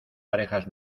parejas